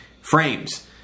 frames